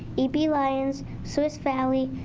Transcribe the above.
e b lyons, swiss valley,